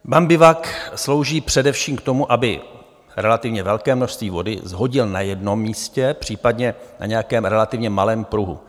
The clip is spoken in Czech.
Bambi vak slouží především k tomu, aby relativně velké množství vody shodil na jednom místě, případně na nějakém relativně malém pruhu.